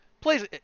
Please